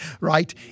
Right